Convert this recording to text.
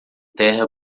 terra